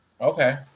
Okay